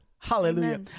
hallelujah